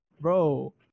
Bro